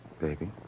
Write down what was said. Baby